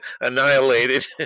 annihilated